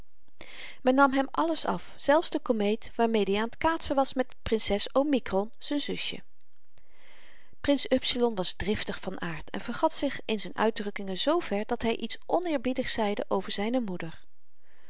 men nam hem alles af zelfs de komeet waarmed i aan t kaatsen was met prinses omikron z'n zusje prins upsilon was driftig van aard en vergat zich in z'n uitdrukkingen zver dat hy iets onëerbiedigs zeide over zyne moeder